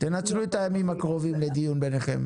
תנצלו את הימים הקרובים לדיון ביניכם.